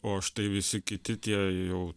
o štai visi kiti tie jau